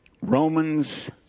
Romans